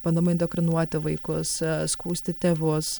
bandoma indoktrinuoti vaikus skųsti tėvus